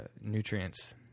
nutrients